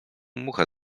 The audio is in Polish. muchę